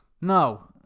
No